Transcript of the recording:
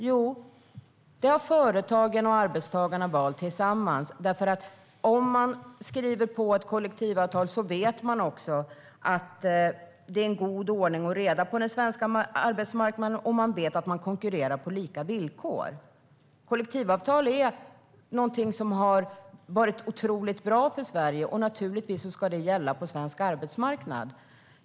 Jo, företagen och arbetstagarna har valt den tillsammans därför att om man skriver på ett kollektivavtal vet man att det är god ordning och reda på den svenska arbetsmarknaden och att man konkurrerar på lika villkor. Kollektivavtal är någonting som har varit otroligt bra för Sverige, och naturligtvis ska det gälla på svensk arbetsmarknad.